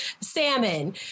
salmon